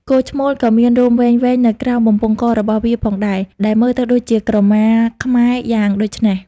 គោឈ្មោលក៏មានរោមវែងៗនៅក្រោមបំពង់ករបស់វាផងដែរ ដែលមើលទៅដូចជាក្រមាខ្មែរយ៉ាងដូច្នេះ។